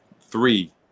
three